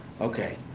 Okay